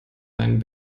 ein